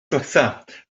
ddiwethaf